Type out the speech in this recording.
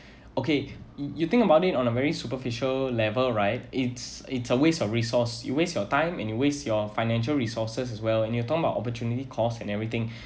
okay you think about it on a very superficial level right it's it's a waste of resources you waste your time and you waste your financial resources as well and you talk about opportunity cost and everything